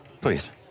Please